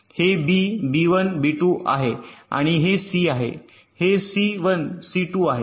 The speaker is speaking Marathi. हे बी बी 1 बी 2 आहे आणि हे सी आहे आणि हे सी 1 सी 2 आहे